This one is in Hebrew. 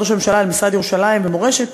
ראש הממשלה למשרד ירושלים ומורשת,